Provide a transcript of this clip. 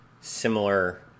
similar